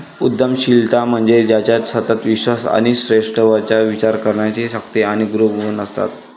उद्यमशीलता म्हणजे ज्याच्यात सतत विश्वास आणि श्रेष्ठत्वाचा विचार करण्याची शक्ती आणि गुण असतात